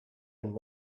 and